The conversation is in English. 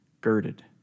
girded